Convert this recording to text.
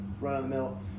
run-of-the-mill